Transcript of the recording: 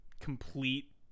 complete